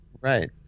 right